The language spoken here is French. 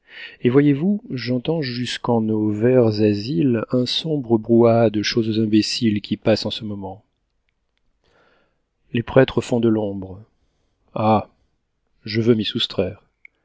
et voyez-vous j'entends jusqu'en nos verts asiles un sombre brouhaha de choses imbéciles qui passe en ce moment les prêtres font de l'ombre ah je veux m'y soustraire